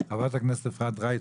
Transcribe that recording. חברת הכנסת אפרת רייטן.